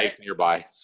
nearby